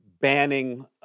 banning